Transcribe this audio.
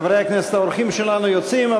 שלנו יוצאים,